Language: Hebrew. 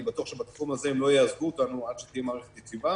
אני בטוח שבתחום הזה הם לא יעזבו אותנו עד שתהיה מערכת יציבה.